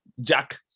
Jack